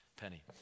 penny